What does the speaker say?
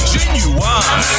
Genuine